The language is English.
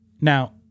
Now